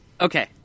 Okay